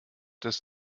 dass